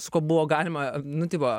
su kuo buvo galima nu tipo